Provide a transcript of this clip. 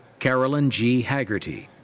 caroline g. haggerty.